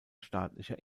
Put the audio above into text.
staatlicher